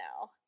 now